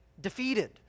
defeated